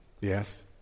Yes